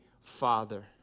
Father